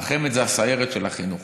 החמ"ד זה הסיירת של החינוך.